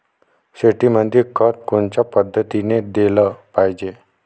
शेतीमंदी खत कोनच्या पद्धतीने देलं पाहिजे?